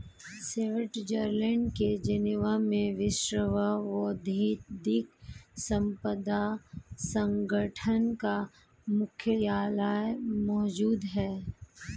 Switzerland के Geneva में विश्व बौद्धिक संपदा संगठन का मुख्यालय मौजूद है